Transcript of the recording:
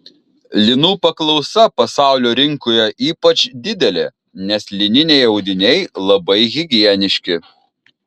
linų paklausa pasaulio rinkoje ypač didelė nes lininiai audiniai labai higieniški